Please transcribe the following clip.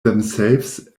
themselves